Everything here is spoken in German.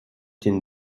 den